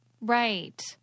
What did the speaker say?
Right